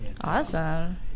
Awesome